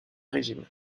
régime